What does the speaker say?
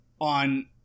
on